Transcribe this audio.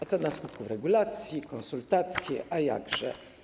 Ocena skutków regulacji, konsultacje, a jakże.